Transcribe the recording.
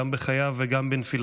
חוב לאב שכול ולמשפחה שכולה.